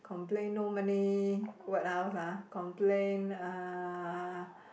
complain no money what else ah complain uh